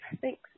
thanks